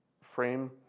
frame